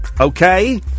Okay